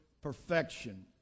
perfection